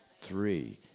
three